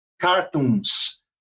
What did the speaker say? cartoons